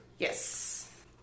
Yes